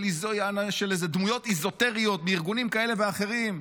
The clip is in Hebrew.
אילו דמויות אזוטריות מארגונים כאלה ואחרים.